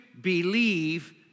believe